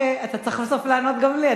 אתה צריך בסוף לענות גם לי,